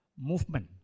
movement